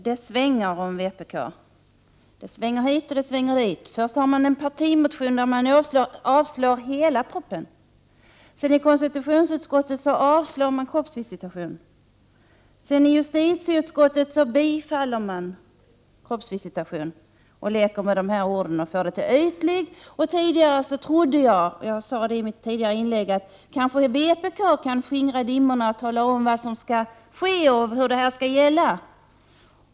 Herr talman! Det svänger om vpk — hit och dit. Först har man en partimotion, där man vill avslå hela propositionen. I konstitutionsutskottet avstyrker man sedan kroppsvisitation. I justitieutskottet vill man däremot bifalla kroppsvisitation. Man leker med ord och vill kalla den ”ytlig”. Tidigare trodde jag att vpk kanske kunde skingra dimmorna och tala om vad som skall ske och hur detta skall gälla.